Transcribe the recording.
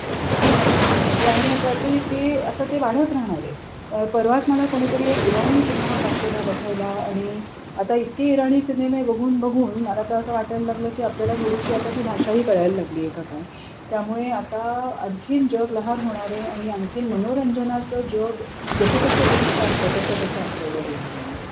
म्हणजे आणि आता तोही ते असं ते वाढत राहणार आहे परवाच मला कोणीतरी एक इराणी सिनेमा पाठवला बघायला आणि आता इतके इराणी सिनेमे बघून बघून मला तर असं वाटायला लागलं की आपल्याला थोडीशी आता ती भाषाही कळायला लागली आहे का काय त्यामुळे आता आणखीन जग लहान होणार आहे आणि आणखीन मनोरंजनाचं जग जसं तसं विस्तारतं तसं तसं आपलं जग लहान होणार आहे